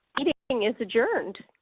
meeting is adjourned,